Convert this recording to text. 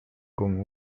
con